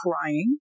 crying